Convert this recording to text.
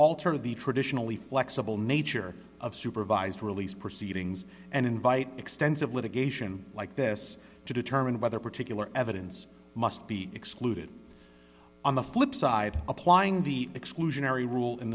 alter the traditionally flexible nature of supervised release proceedings and invite extensive litigation like this to determine whether particular evidence must be excluded on the flip side applying the exclusionary rule